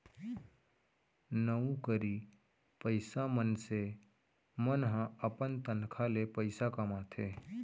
नउकरी पइसा मनसे मन ह अपन तनखा ले पइसा कमाथे